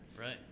right